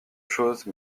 chose